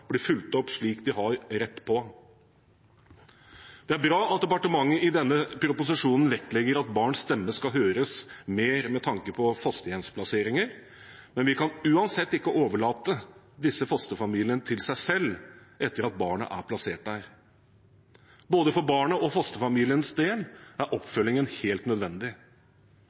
blir fulgt opp slik de har rett til. Det er bra at departementet i denne proposisjonen vektlegger at barns stemme skal høres mer, med tanke på fosterhjemsplasseringer, men vi kan uansett ikke overlate disse fosterfamiliene til seg selv etter at barnet er plassert der. Både for barnets og for fosterfamiliens del er oppfølgingen helt nødvendig.